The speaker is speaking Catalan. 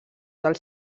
del